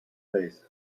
face